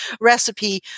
recipe